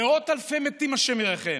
מאות אלפי מתים, השם ירחם,